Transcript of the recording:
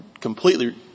completely